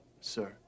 sir